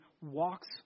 walks